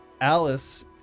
Alice